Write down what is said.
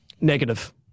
negative